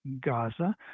Gaza